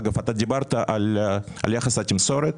אגב, אתה דיברת על יחס התמסורת?